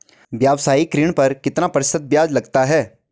व्यावसायिक ऋण पर कितना प्रतिशत ब्याज लगता है?